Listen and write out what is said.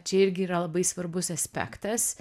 čia irgi yra labai svarbus aspektas